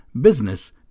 business